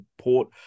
port